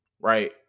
right